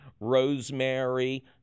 rosemary